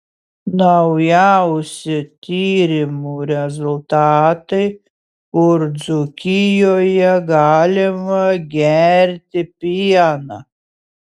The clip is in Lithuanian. naujausi tyrimų rezultatai kur dzūkijoje galima gerti pieną